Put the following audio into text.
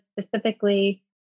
specifically